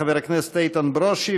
חבר הכנסת איתן ברושי,